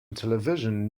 television